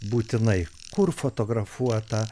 būtinai kur fotografuota